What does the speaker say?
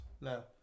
No